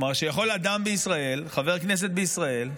כלומר שיכול אדם בישראל, חבר הכנסת בישראל,